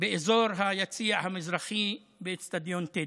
באזור היציע המזרחי באצטדיון טדי.